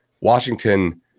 Washington